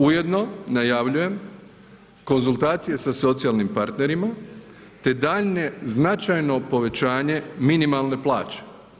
Ujedno najavljujem konzultacije sa socijalnim partnerima te daljnje značajno povećanje minimalne plaće.